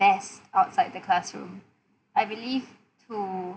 best outside the classroom I believe to